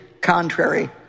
contrary